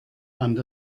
and